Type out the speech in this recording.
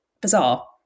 bizarre